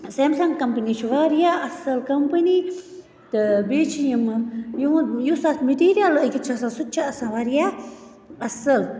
Samsung company چھِ واریاہ اصٕل کمپٔنی تہٕ بیٚیہِ چھِ یِمن یِہُنٛد یُس اَتھ مِٹیٖریل لٲگِتھ چھُ آسان سُہ تہِ چھِ آسان واریاہ اصٕل